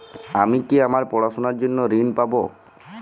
আমি কি আমার পড়াশোনার জন্য ঋণ পাব?